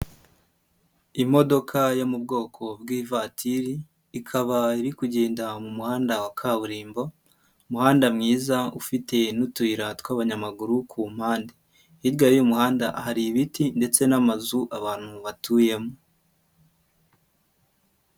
Imodoka yo mu bwoko bw'ivatiri ikaba iri kugenda mu muhanda wa kaburimbo, umuhanda mwiza ufite n'utuyira tw'abanyamaguru ku mpande, hirya y'uyu muhanda hari ibiti ndetse n'amazu abantu batuyemo.